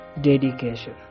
dedication